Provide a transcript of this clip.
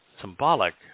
symbolic